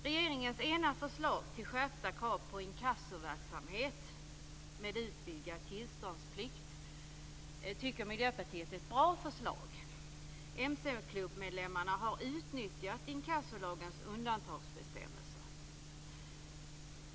Regeringens ena förslag, om skärpta krav på inkassoverksamhet med utvidgad tillståndsplikt, tycker Miljöpartiet är ett bra förslag. Mcklubbmedlemmarna har utnyttjat inkassolagens undantagsbestämmelser.